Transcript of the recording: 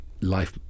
life